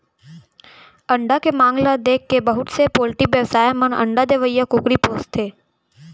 अंडा के मांग ल देखके बहुत से पोल्टी बेवसायी मन अंडा देवइया कुकरी पोसथें